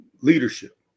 leadership